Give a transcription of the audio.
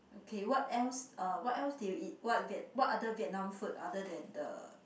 okay what else uh what else did you eat what what other Vietnam food other than the